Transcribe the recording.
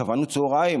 קבענו צוהריים.